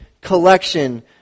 collection